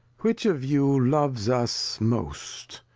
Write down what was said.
which of you loves us most,